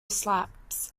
slabs